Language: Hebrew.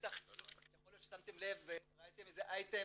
שיכול להיות ששמתם לב וראיתם איזה אייטם